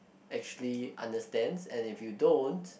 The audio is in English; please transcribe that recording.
actually understands and if you don't